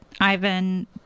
Ivan